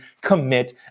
commit